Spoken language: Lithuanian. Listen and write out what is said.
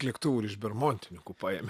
lėktuvų ir iš bermontininkų paėmė